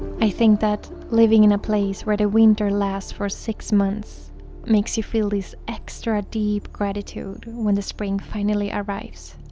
i think that living in a place where the winter lasts for six months makes you feel this extra deep gratitude when the spring finally arrives